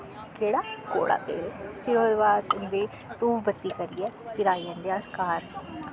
कौड़ा कौड़ा तेल फ्ही ओह्दे बाद उंदी धूफ बत्ती करियै फिर आई जंदे अस घर